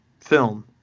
film